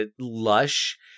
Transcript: lush